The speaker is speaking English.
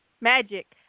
Magic